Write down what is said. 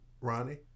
Ronnie